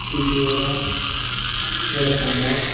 idli vada vada sambar